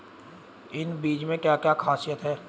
इन बीज में क्या क्या ख़ासियत है?